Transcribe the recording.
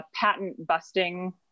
patent-busting